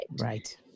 Right